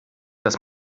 dass